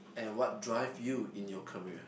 and what drive you in your career